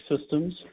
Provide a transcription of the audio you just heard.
systems